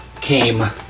came